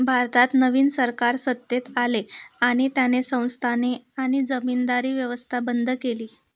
भारतात नवीन सरकार सत्तेत आले आणि त्याने संस्थाने आणि जमीनदारी व्यवस्था बंद केली